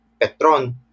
Petron